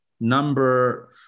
number